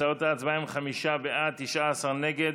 תוצאות ההצבעה הן חמישה בעד, 19 נגד.